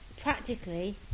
practically